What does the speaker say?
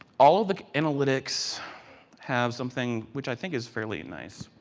all of the analytics have something, which i think is fairly nice.